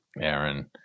Aaron